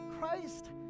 Christ